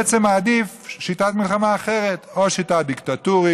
בעצם מעדיף שיטת מלחמה אחרת, או שיטה דיקטטורית,